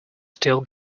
still